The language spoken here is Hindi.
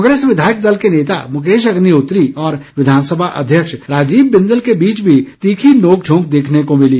कांग्रेस विधायक दल के नेता मुकेश अग्निहोत्री और विघानसभा अध्यक्ष राजीव बिंदल के बीच भी तीखी नोंक झोंक देखने को मिली